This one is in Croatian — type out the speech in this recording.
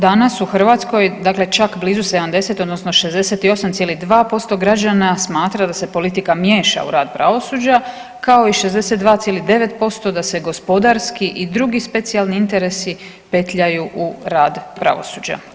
Danas u Hrvatskoj, dakle čak blizu 70, odnosno 68,2% građana smatra da se politika miješa u rad pravosuđa, kao i 62,9% da se gospodarski i drugi specijalni interesi petljaju u rad pravosuđa.